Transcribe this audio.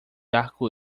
arco